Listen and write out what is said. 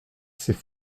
c’est